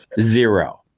Zero